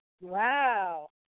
wow